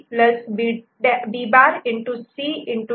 B B'